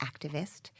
activist